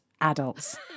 adults